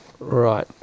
Right